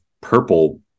purple